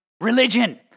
Religion